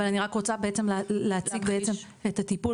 אבל אני רק רוצה בעצם להציג בעצם את הטיפול